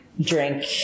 drink